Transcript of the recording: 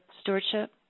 stewardship